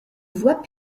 voie